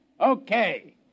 Okay